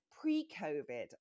pre-COVID